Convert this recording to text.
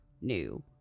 new